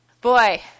Boy